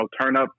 Turnup